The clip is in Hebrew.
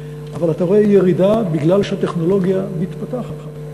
אבל אתה רואה ירידה מפני שהטכנולוגיה מתפתחת.